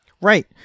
right